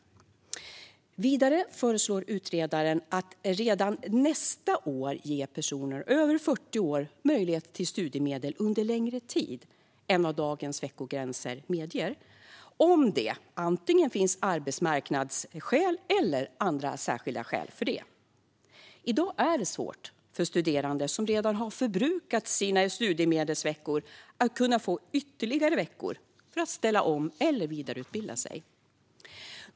Vidare föreslår utredaren att man redan nästa år ska ge personer över 40 år möjlighet till studiemedel under längre tid än vad dagens veckogränser medger om det finns antingen arbetsmarknadsskäl eller andra särskilda skäl för det. I dag är det svårt för studerande som redan har förbrukat sina studiemedelsveckor att få ytterligare veckor för att ställa om eller vidareutbilda sig.